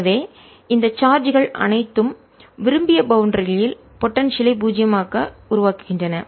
எனவே இந்த சார்ஜ்கள் அனைத்தும் விரும்பிய பௌண்டரி யில் போடன்சியல் ஐ பூஜ்ஜியமாக உருவாக்குகின்றன